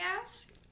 ask